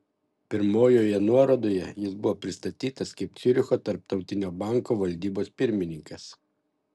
pirmojoje nuorodoje jis buvo pristatytas kaip ciuricho tarptautinio banko valdybos pirmininkas